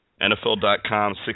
NFL.com